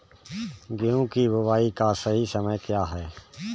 गेहूँ की बुआई का सही समय क्या है?